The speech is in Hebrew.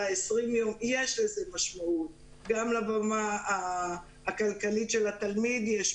מתוך ה-20% יש 6% שלא מורשים לנהיגה?